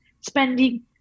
spending